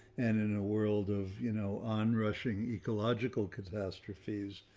and in a world of you know, onrushing ecological catastrophes.